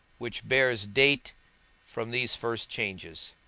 which bears date from these first changes.